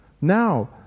now